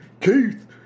Keith